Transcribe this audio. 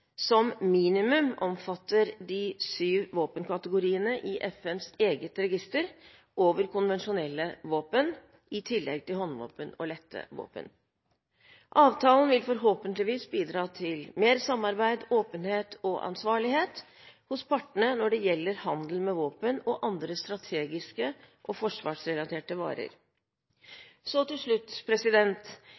som minimum omfatter de syv våpenkategoriene i FNs eget register over konvensjonelle våpen – i tillegg til håndvåpen og lette våpen. Avtalen vil forhåpentligvis bidra til mer samarbeid, åpenhet og ansvarlighet hos partene når det gjelder handel med våpen og andre strategiske og forsvarsrelaterte varer. Til slutt: